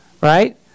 right